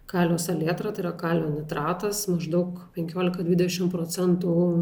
kalio salietra tai yra kalio nitratas maždaug penkiolika dvidešim procentų